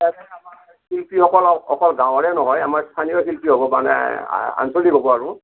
আমাৰ শিল্পীসকলক অকল গাঁৱৰে নহয় আমাৰ স্থানীয় শিল্পী হ'ব মানে আঞ্চলিক হ'ব আৰু